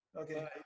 Okay